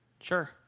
Sure